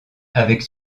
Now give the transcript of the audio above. avec